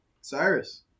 Cyrus